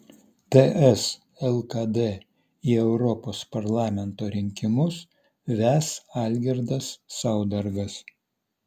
ts lkd į europos parlamento rinkimus ves algirdas saudargas